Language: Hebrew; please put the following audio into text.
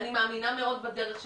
אני מאמינה מאוד בדרך שלו.